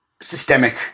systemic